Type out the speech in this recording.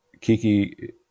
Kiki